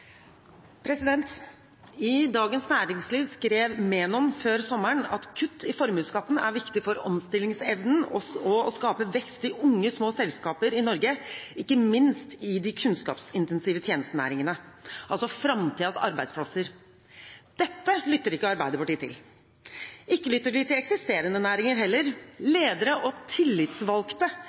viktig for omstillingsevnen og for å skape vekst i unge, små selskaper i Norge, ikke minst i de kunnskapsintensive tjenestenæringene, altså framtidens arbeidsplasser. Dette lytter ikke Arbeiderpartiet til. Ikke lytter de til eksisterende næringer heller. Ledere og tillitsvalgte